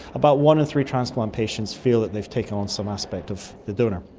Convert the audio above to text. about one in three transplant patients feel that they've taken on some aspect of the donor.